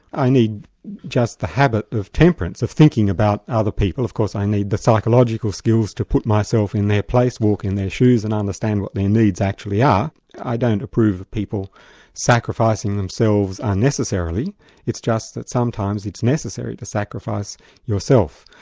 i need just the habit of temperance, of thinking about other people, of course i need the psychological skills to put myself in their place, walk in their shoes and understand what their needs actually are. i don't approve of people sacrificing themselves unnecessarily it's just that sometimes it's necessary to sacrifice yourself.